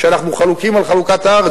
שאנחנו חלוקים על חלוקת הארץ,